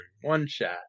one-shot